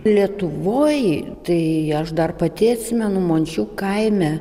lietuvoj tai aš dar pati atsimenu mončių kaime